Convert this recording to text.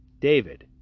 David